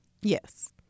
Yes